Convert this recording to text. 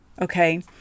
okay